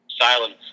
Silence